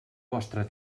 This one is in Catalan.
vostre